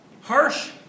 Harsh